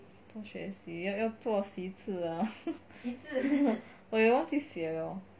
多学习要做习字啊 我也忘记写了